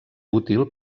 útil